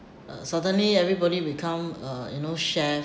uh suddenly everybody become uh you know share